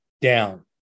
down